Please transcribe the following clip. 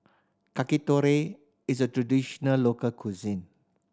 yakitori is a traditional local cuisine